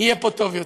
יהיה פה טוב יותר.